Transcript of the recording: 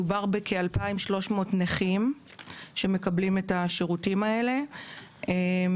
מדובר בכ-2,300 נכים שמקבלים את השירותים האלה, עם